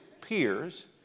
peers